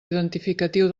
identificatiu